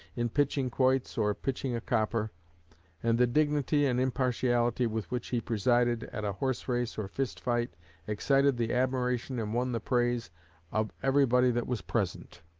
in pitching quoits or pitching a copper and the dignity and impartiality with which he presided at a horse-race or fist-fight excited the admiration and won the praise of everybody that was present.